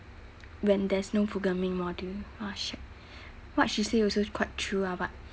when there's no programming module ah shag what she say also quite true ah but